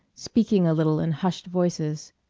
speaking a little in hushed voices.